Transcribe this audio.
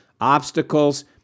obstacles